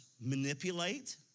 manipulate